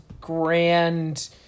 grand